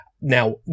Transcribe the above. Now